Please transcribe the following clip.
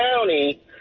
County